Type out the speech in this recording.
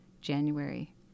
January